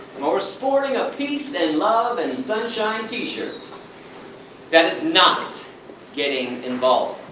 or sporting a peace and love and sunshine t-shirt that is not getting involved!